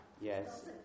Yes